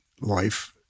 life